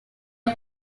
are